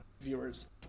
viewers